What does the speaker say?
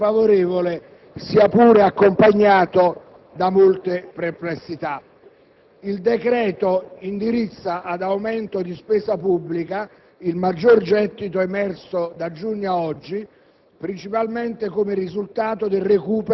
noi socialisti esprimiamo su di esso un voto favorevole, sia pur accompagnato da molte perplessità. Il decreto indirizza ad aumento di spesa pubblica il maggior gettito emerso da giugno ad oggi,